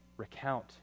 recount